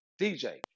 DJ